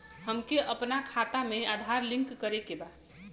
हमके अपना खाता में आधार लिंक करें के बा?